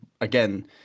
again